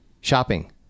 Shopping